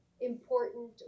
important